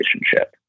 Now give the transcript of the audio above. relationship